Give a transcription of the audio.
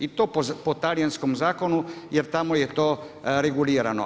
I to po talijanskom zakonom, jer tamo je to regulirano.